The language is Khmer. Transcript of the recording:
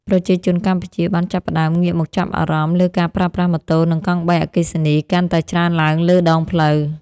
ប្រជាជនកម្ពុជាបានចាប់ផ្តើមងាកមកចាប់អារម្មណ៍លើការប្រើប្រាស់ម៉ូតូនិងកង់បីអគ្គិសនីកាន់តែច្រើនឡើងលើដងផ្លូវ។